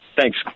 Thanks